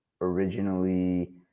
originally